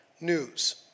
news